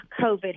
COVID